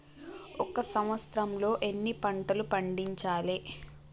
ఒక సంవత్సరంలో ఎన్ని పంటలు పండించాలే?